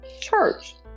church